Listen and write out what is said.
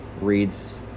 reads